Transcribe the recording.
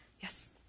yes